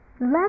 let